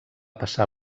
passar